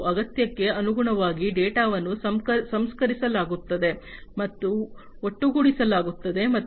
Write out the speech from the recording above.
ಮತ್ತು ಅಗತ್ಯಕ್ಕೆ ಅನುಗುಣವಾಗಿ ಡೇಟಾವನ್ನು ಸಂಸ್ಕರಿಸಲಾಗುತ್ತದೆ ಮತ್ತು ಒಟ್ಟುಗೂಡಿಸಲಾಗುತ್ತದೆ